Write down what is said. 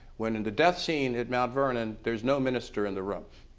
when, in the death scene at mount vernon there's no minister in the room,